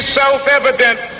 self-evident